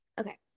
okay